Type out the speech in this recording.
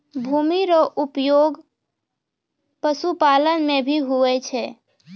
भूमि रो उपयोग पशुपालन मे भी हुवै छै